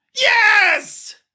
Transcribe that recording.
Yes